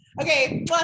okay